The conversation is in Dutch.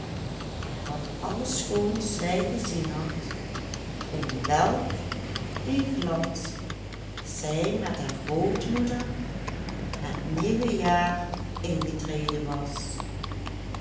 wat al schoons zij gezien had in welk een glans zij met haar grootmoeder het nieuwe jaar ingetreden was